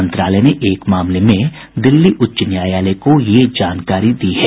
मंत्रालय ने एक मामले में दिल्ली उच्च न्यायालय को यह जानकारी दी है